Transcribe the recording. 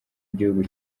igihugu